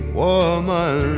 woman